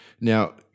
Now